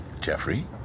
Jeffrey